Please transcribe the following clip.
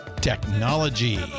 technology